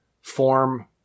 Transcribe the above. form